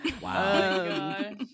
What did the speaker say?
Wow